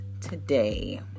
today